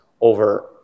over